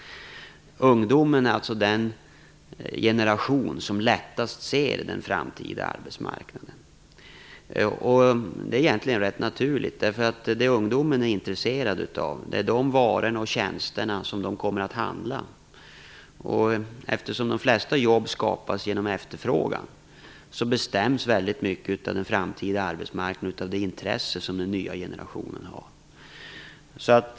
Ungdomen är den generation som lättast ser den framtida arbetsmarknaden. Det är egentligen rätt naturligt. Vad ungdomarna är intresserade av är ju de varor och tjänster som de kommer att handla. Eftersom de flesta jobb skapas genom efterfrågan bestäms väldigt mycket av den framtida arbetsmarknaden av det intresse som den nya generationen visar.